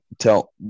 tell